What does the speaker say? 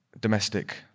domestic